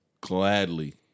gladly